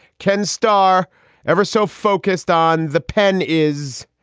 ken starr ever so focused on the pen is.